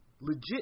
legit